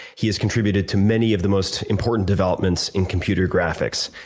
he has contributed to many of the most important developments in computer graphics.